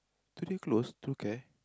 today closed True Care